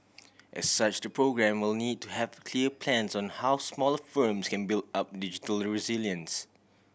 as such the programme will need to have clear plans on how smaller firms can build up digital resilience